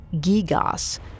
gigas